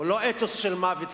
הוא לא אתוס של מוות,